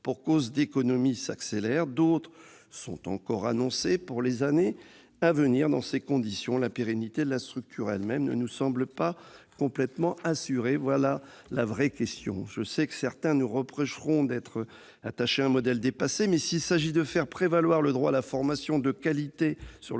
pour cause d'économies s'accélèrent, d'autres sont encore annoncées pour les années à venir. Dans ces conditions, la pérennité de la structure elle-même n'est pas complètement assurée. Voilà la vraie question ! Je sais que certains nous reprocheront d'être attachés à un modèle dépassé, mais, s'il s'agit de faire prévaloir le droit à la formation de qualité sur le droit